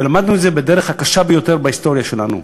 ולמדנו את זה בדרך הקשה ביותר בהיסטוריה שלנו: